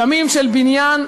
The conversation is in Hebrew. ימים של בניין,